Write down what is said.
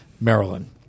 Maryland